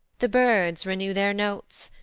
the birds renew their notes,